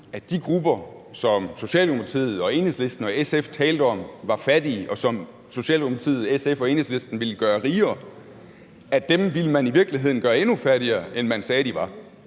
at de grupper, som Socialdemokratiet og Enhedslisten og SF talte om var fattige, og som Socialdemokratiet, SF og Enhedslisten ville gøre rigere, ville man i virkeligheden gøre endnu fattigere, end man sagde de var.